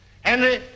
Henry